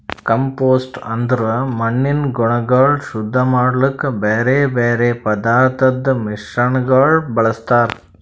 compost ಅಂದುರ್ ಮಣ್ಣಿನ ಗುಣಗೊಳ್ ಶುದ್ಧ ಮಾಡ್ಲುಕ್ ಬ್ಯಾರೆ ಬ್ಯಾರೆ ಪದಾರ್ಥದ್ ಮಿಶ್ರಣಗೊಳ್ ಬಳ್ಸತಾರ್